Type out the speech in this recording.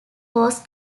was